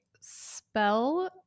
spell